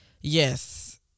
Yes